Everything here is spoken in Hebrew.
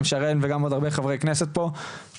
גם שרן וגם עוד הרבה חברי כנסת פה חושבים,